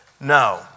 No